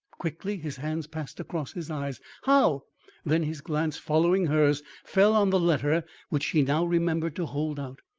quickly his hands passed across his eyes. how then his glance, following hers, fell on the letter which she now remembered to hold out.